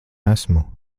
esmu